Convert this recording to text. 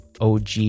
OG